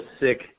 sick